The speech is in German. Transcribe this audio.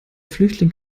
flüchtling